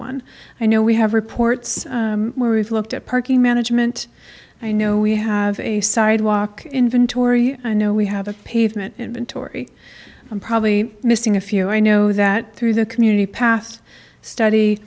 one i know we have reports where we've looked at parking management i know we have a sidewalk inventory i know we have a pavement inventory i'm probably missing a few i know that through the community past study